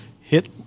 hit